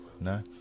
No